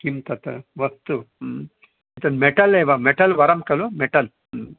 किं तत् वस्तु ह्म् एतद् मेटल् एव मेटल् वरं खलु मेटल् ह्म्